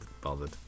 bothered